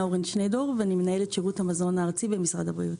אני מנהלת שירות המזון הארצי במשרד הבריאות.